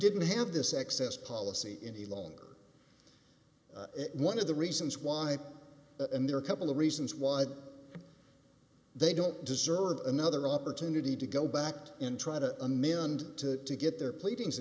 didn't have this access policy any longer one of the reasons why there are couple of reasons why they don't deserve another opportunity to go back in try to amend to to get their pleading